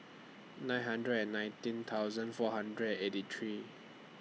nine hundred and nineteen thousand four hundred and eighty three